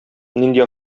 нинди